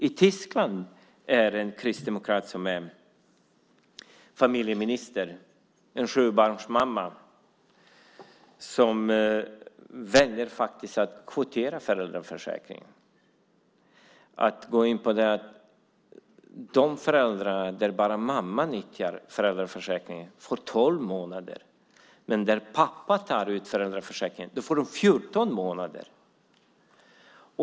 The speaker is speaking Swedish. I Tyskland är det en kristdemokrat, en sjubarnsmamma, som är familjeminister. Hon väljer att kvotera föräldraförsäkringen. De familjer där bara mamman nyttjar föräldraförsäkringen får tolv månader, men de familjer där pappan tar ut föräldraförsäkringen får fjorton månader.